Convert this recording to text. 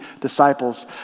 disciples